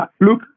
look